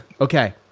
Okay